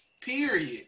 period